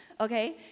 okay